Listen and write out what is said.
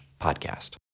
podcast